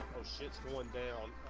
one down